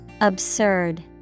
Absurd